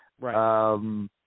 Right